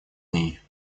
ней